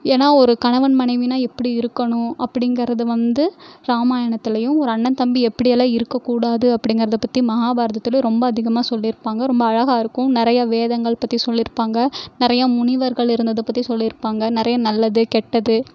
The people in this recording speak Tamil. ஏனால் ஒரு கணவன் மனைவினா எப்படி இருக்கணும் அப்படிங்கிறது வந்து ராமாயணத்திலையும் ஒரு அண்ணன் தம்பி எப்படியெல்லாம் இருக்கக்கூடாது அப்படிங்கிறதை பற்றி மஹாபாரதத்திலையும் ரொம்ப அதிகமாக சொல்லியிருப்பாங்க ரொம்ப அழகாக இருக்கும் நிறைய வேதங்கள் பற்றி சொல்லியிருப்பாங்க நிறைய முனிவர்கள் இருந்ததை பற்றி சொல்லியிருப்பாங்க நிறைய நல்லது கெட்டது